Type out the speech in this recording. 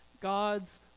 God's